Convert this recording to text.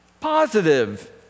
positive